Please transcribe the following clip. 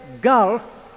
gulf